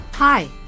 Hi